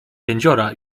kędziora